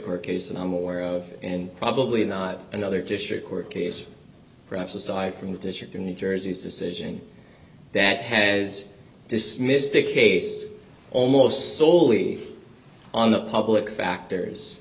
court case and i'm aware of and probably not another district court case perhaps aside from the district in new jersey its decision that has dismissed a case almost soley on the public factors